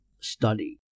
study